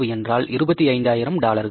25000 டாலர்கள்